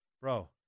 Bro